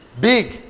big